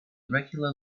regular